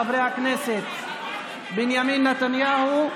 חברי הכנסת בנימין נתניהו,